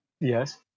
Yes